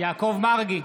יעקב מרגי,